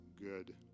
good